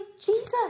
Jesus